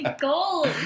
gold